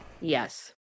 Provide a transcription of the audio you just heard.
yes